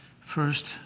First